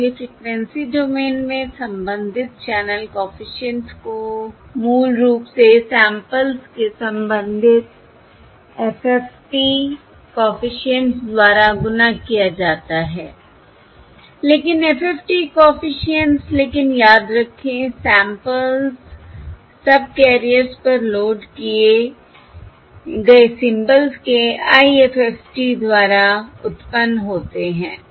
इसलिए frequency domain में संबंधित चैनल कॉफिशिएंट्स को मूल रूप से सैंपल्स के संबंधित FFT कॉफिशिएंट्स द्वारा गुणा किया जाता है लेकिन FFT कॉफिशिएंट्स लेकिन याद रखें सैंपल्स सबकैरियर्स पर लोड किए गए सिंबल्स के IFFT द्वारा उत्पन्न होते हैं